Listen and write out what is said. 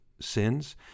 sins